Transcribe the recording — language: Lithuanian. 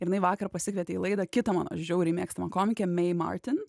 ir jinai vakar pasikvietė į laidą kitą mano žiauriai mėgstamą komikę mei martin